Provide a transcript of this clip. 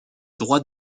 droit